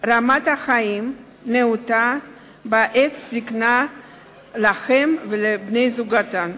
רמת חיים נאותה בעת זיקנה להם ולבני זוגם.